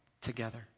together